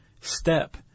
step